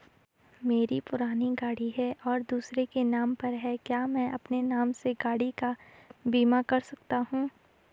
मेरी पुरानी गाड़ी है और दूसरे के नाम पर है क्या मैं अपने नाम से गाड़ी का बीमा कर सकता हूँ?